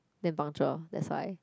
damn punctual that's why